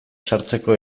sartzeko